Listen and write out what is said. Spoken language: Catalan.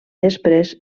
després